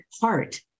heart